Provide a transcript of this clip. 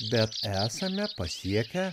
bet esame pasiekę